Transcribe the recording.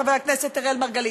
חבר הכנסת אראל מרגלית,